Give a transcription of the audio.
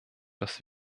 dass